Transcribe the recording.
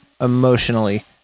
emotionally